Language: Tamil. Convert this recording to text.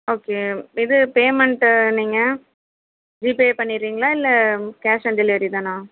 ஓகே இது பேமெண்ட்டு நீங்கள் ஜிபே பண்ணிகிறீங்களா இல்லை கேஷ் ஆன் டெலிவரி தானா